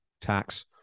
tax